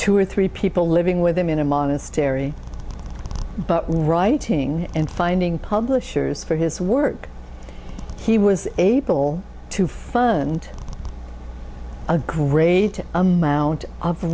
two or three people living with him in a monastery but writing and finding publishers for his work he was able to fund a great amount of